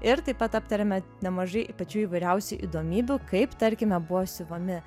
ir taip pat aptarėme nemažai pačių įvairiausių įdomybių kaip tarkime buvo siuvami